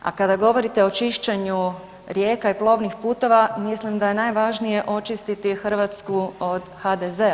A kada govorite o čišćenju rijeka i plovnih putova, mislim da je najvažnije očistiti Hrvatsku od HDZ-a.